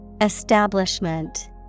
Establishment